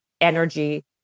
energy